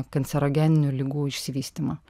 kancerogeninių ligų išsivystymą